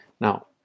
Now